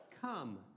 Come